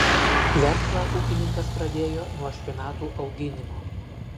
verslą ūkininkas pradėjo nuo špinatų auginimo